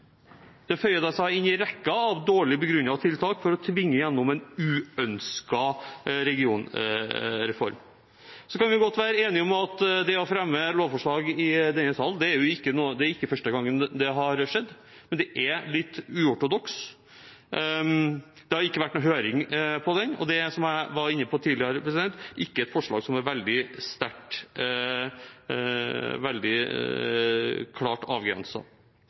Det føyer seg da inn i rekken av dårlig begrunnede tiltak for å tvinge gjennom en uønsket regionreform. Så kan vi godt være enige om at det ikke er første gangen man har fremmet lovforslag i denne salen, men det er litt uortodoks. Det har ikke vært noen høring, og det er, som jeg var inne på tidligere, ikke et forslag som er veldig